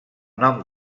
nom